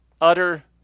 utter